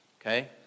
okay